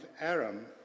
Aram